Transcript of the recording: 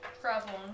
Traveling